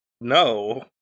No